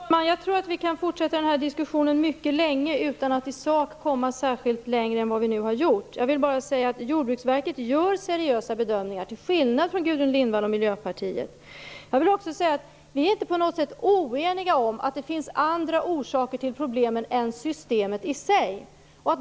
Fru talman! Jag tror att vi kan fortsätta den här diskussionen länge utan att i sak komma särskilt mycket längre än vi nu har gjort. Jag vill bara säga att Jordbruksverket gör seriösa bedömningar, till skillnad från Gudrun Lindvall och Miljöpartiet. Jag vill också säga att vi inte på något sätt är oeniga om att det finns andra orsaker till problemen än systemet i sig.